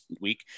week